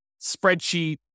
spreadsheet